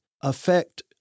affect